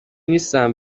نیستم